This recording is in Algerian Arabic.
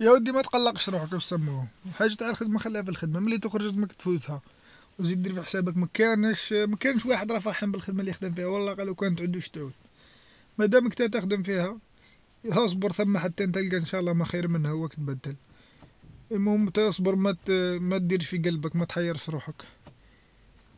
يا ودي متقلقش روحك حاجه تع الخدمه خليها في الخدمه مين تخرج لازملك تفوتها و زيد دير في حسابك مكانش مكانش واحد راه فرحان بالخدمه ليخدم فيها والله غالب لوكان تعود واش تعود، مدامك أنت تخدم فيها ها صبر ثما حتى تلقى إنشاء الله ما خير منها واك و تبدل، المهم أنت أصبر ماتا مادير في قلبك ما تحيرش روحك،